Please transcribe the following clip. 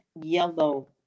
yellow